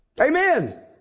Amen